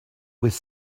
with